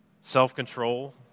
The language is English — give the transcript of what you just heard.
self-control